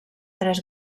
tres